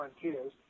Frontiers